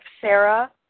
Sarah